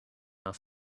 off